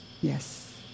Yes